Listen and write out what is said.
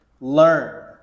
Learn